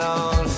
on